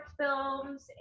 films